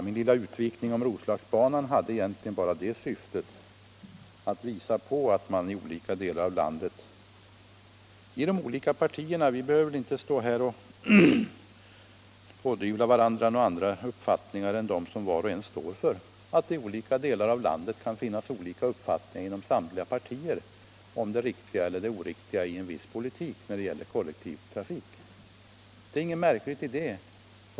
Min lilla utvikning om Roslagsbanan syftade egentligen bara till att visa på att de olika partierna i olika delar av landet — vi behöver väl inte stå här och pådyvla varandra några andra uppfattningar än de som var och en står för — kan ha olika uppfattningar om det riktiga eller oriktiga i en viss politik när det gäller kollektivtrafik. Det är inget märkligt i det.